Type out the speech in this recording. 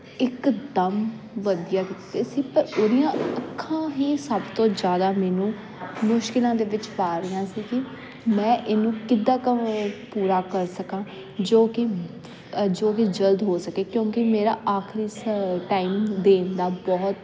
ਇੱਕਦਮ ਵਧੀਆ ਦਿੱਤੇ ਸੀ ਪਰ ਉਹਦੀਆਂ ਅੱਖਾਂ ਹੀ ਸਭ ਤੋਂ ਜ਼ਿਆਦਾ ਮੈਨੂੰ ਮੁਸ਼ਕਲਾਂ ਦੇ ਵਿੱਚ ਪਾ ਰਹੀਆਂ ਸੀ ਕਿ ਮੈਂ ਇਹਨੂੰ ਕਿੱਦਾਂ ਕ ਉਹ ਪੂਰਾ ਕਰ ਸਕਾਂ ਜੋ ਕਿ ਜੋ ਕਿ ਜਲਦ ਹੋ ਸਕੇ ਕਿਉਂਕਿ ਮੇਰਾ ਆਖਰੀ ਸ ਟਾਈਮ ਦੇਣ ਦਾ ਬਹੁਤ